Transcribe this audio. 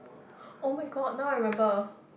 oh-my-god now I remember